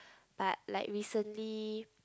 but like recently